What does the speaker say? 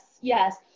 yes